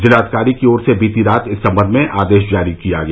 जिलाधिकारी की ओर से बीती रात इस सम्बंध में आदेश जारी किया गया